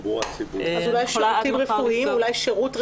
אולי "שירותים רפואיים"?